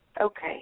Okay